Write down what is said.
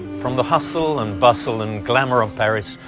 from the hustle and bustle and glamor of paris,